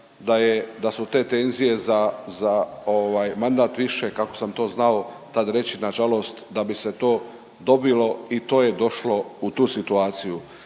da su te tenzije za mandat više kako sam to znao tad reći na žalost da bi se to dobilo i to je došlo u tu situaciju.